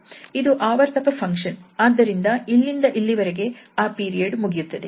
ಇದು ಆವರ್ತಕ ಫಂಕ್ಷನ್ ಆದ್ದರಿಂದ ಇಲ್ಲಿಂದ ಇಲ್ಲಿವರೆಗೆ ಆ ಪೀರಿಯಡ್ ಮುಗಿಯುತ್ತದೆ